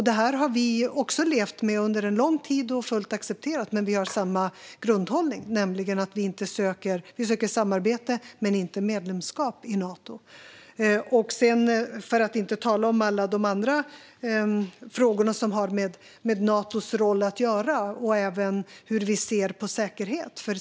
Detta har vi också levt med under lång tid och till fullo accepterat, men vi har samma grundhållning. Vi söker samarbete men inte medlemskap i Nato. För att inte tala om alla andra frågor som har att göra med Natos roll och även hur vi ser på säkerhet.